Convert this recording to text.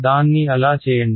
దాన్ని అలా చేయండి